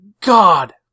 god